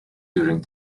during